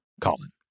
Colin